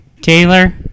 Taylor